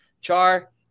Char